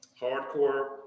Hardcore